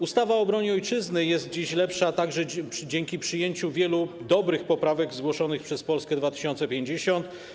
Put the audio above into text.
Ustawa o obronie Ojczyzny jest dziś lepsza także dzięki przyjęciu wielu dobrych poprawek zgłoszonych przez Polskę 2050.